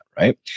right